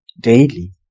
daily